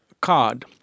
card